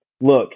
Look